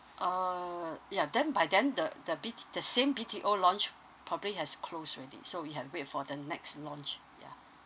uh ya then by then the the B_T~ the same B_T_O launch probably has closed already so you have to wait for the next launch yeah